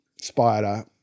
spider